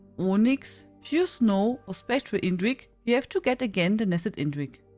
onyx, pure snow or spectral indrik you have to get again the nascent indrik.